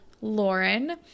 Lauren